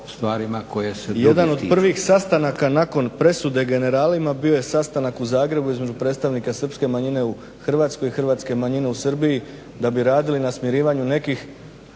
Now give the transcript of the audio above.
Jedan od prvih sastanaka nakon presude generalima bio je sastanak u Zagrebu između predstavnika srpske manjine u Hrvatskoj, i hrvatske manjine u Srbiji da bi radili na smirivanju nekih